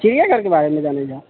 चिड़ियेघर के बारे मे जानै के छौ